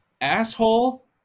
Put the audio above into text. asshole